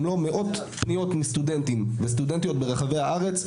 אם לא מאות פניות מסטודנטים וסטודנטיות ברחבי הארץ,